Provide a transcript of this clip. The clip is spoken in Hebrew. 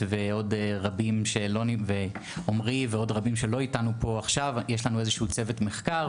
ללא קשר, יש המון סוחרי סמים בכל